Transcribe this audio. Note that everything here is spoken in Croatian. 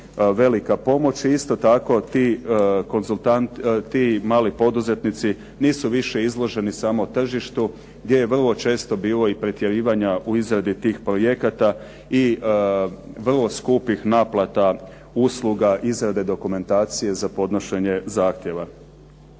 velika pomoć. Isto tako, ti mali poduzetnici nisu više izloženi samo tržištu gdje je vrlo često bilo i pretjerivanja u izradi tih projekata i vrlo skupih naplata usluga izgrade dokumentacije za podnošenje zahtjeva.